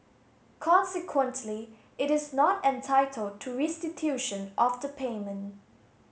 consequently it is not entitled to restitution of the payment